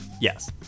Yes